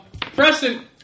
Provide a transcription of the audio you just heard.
Preston